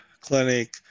Clinic